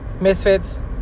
misfits